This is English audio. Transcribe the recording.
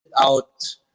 out